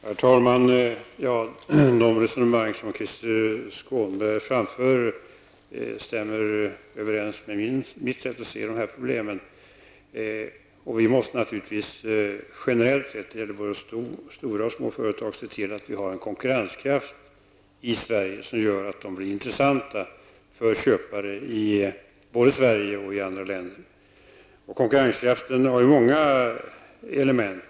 Herr talman! De resonemang som Krister Skånberg för stämmer överens med mitt sätt att se på problemen. Vi måste naturligtvis generellt för både stora och små företag se till att vi har konkurrenskraft i Sverige som gör att de blir intressanta för köpare i Sverige och i andra länder. Konkurrenskraften har många element.